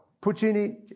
Puccini